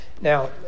now